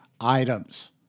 items